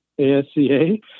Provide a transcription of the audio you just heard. ASCA